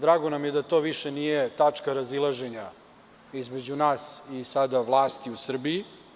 Drago nam je da to više nije tačka razilaženja između nas i vlasti u Srbiji.